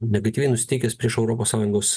negatyviai nusiteikęs prieš europos sąjungos